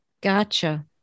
Gotcha